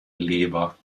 leber